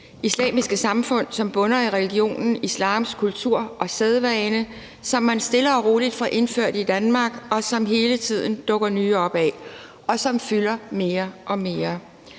kalde dem, som bunder i religionen islams kultur og sædvaner, som man stille og roligt får indført i Danmark, som der hele tiden dukker nye op af, og som fylder mere og mere.